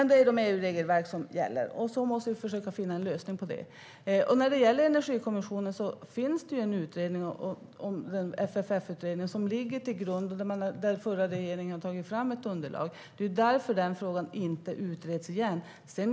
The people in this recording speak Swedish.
Det är dock EU-regelverk som gäller, och vi måste försöka finna en lösning på det. När det gäller Energikommissionen finns det en FFF-utredning som ligger till grund och där den förra regeringen tog fram ett underlag. Det är därför den frågan inte utreds igen.